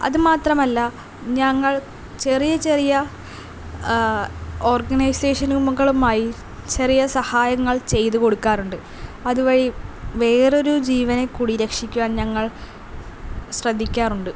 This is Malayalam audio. അതുമാത്രമല്ല ഞങ്ങൾ ചെറിയ ചെറിയ ഓർഗനൈസേഷനുകളുമായി ചെറിയ സഹായങ്ങൾ ചെയ്ത് കൊടുക്കാറുണ്ട് അതുവഴി വേറൊരു ജീവനെ കൂടി രക്ഷിക്കുവാൻ ഞങ്ങൾ ശ്രദ്ധിക്കാറുണ്ട്